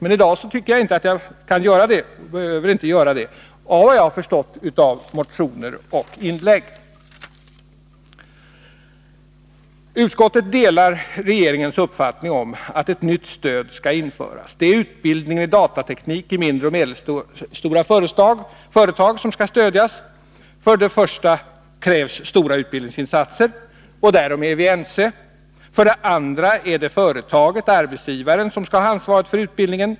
Men i dag tycker jag inte att jag kan eller behöver göra det av vad jag förstått av motioner och inlägg. Utskottet delar regeringens uppfattning att ett nytt stöd skall införas. Det är utbildningen i datateknik i mindre och medelstora företag som skall stödjas. För det första krävs stora utbildningsinsatser, och därom är vi ense. För det andra är det företaget/arbetsgivaren som skall ha ansvaret för utbildningen.